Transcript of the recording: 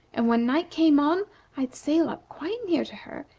and when night came on i'd sail up quite near to her,